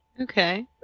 Okay